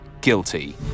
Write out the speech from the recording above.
guilty